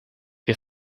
wir